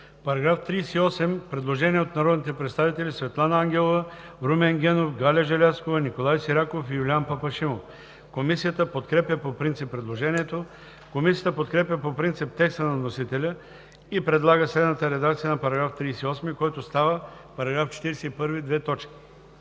По § 38 има предложение от народните представители Светлана Ангелова, Румен Генов, Галя Желязкова, Николай Сираков и Юлиян Папашимов. Комисията подкрепя по принцип предложението. Комисията подкрепя по принцип текста на вносителя и предлага следната редакция на § 38, който става § 41: „§ 41.